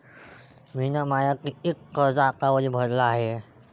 मिन माय कितीक कर्ज आतावरी भरलं हाय?